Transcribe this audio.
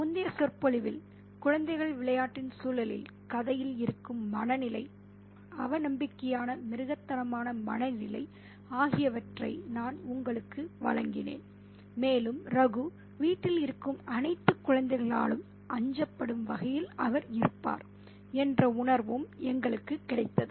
முந்தைய சொற்பொழிவில் குழந்தைகள் விளையாட்டின் சூழலில் கதையில் இருக்கும் மனநிலை அவநம்பிக்கையான மிருகத்தனமான மனநிலை ஆகியவற்றை நான் உங்களுக்கு வழங்கினேன் மேலும் ரகு வீட்டில் இருக்கும் அனைத்து குழந்தைகளாலும் அஞ்சப் படும் வகையில் அவர் இருப்பார் என்ற உணர்வும் எங்களுக்கு கிடைத்தது